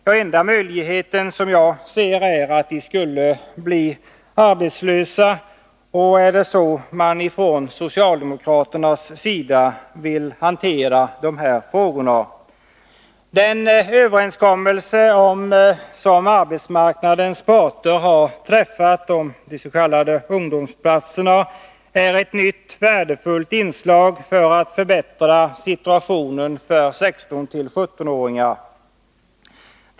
Den enda möjligheten, som jag kan se, är att de blir arbetslösa. Är det så socialdemokraterna vill hantera dessa frågor? Den överenskommelse som arbetsmarknadens parter har träffat om de s.k. ungdomsplatserna är ett nytt värdefullt inslag för att förbättra situationen för 16-17-åringar.